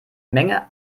menge